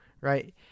right